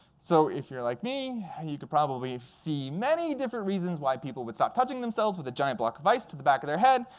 so if you're like me, you could probably see many different reasons why people would stop touching themselves with a giant block of ice to the back of their head.